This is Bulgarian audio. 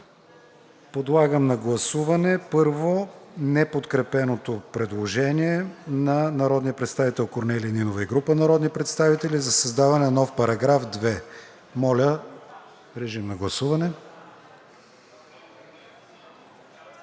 Подлагам на гласуване първо неподкрепеното предложение на народния представител Корнелия Нинова и група народни представители за създаване на нов § 2. Гласували